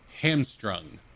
Hamstrung